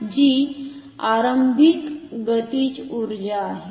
जी आरंभिक गतीज उर्जा आहे